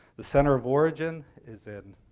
the center of origin is in